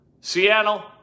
Seattle